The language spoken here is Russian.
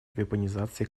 вепонизации